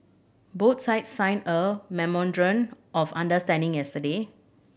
both sides signed a memorandum of understanding yesterday